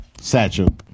satchel